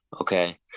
Okay